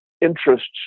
interests